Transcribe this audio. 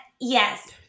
yes